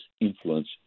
influence